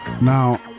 Now